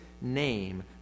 name